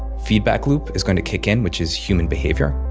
feedback loop is going to kick in, which is human behavior,